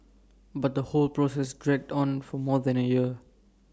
but the whole process dragged on for more than A year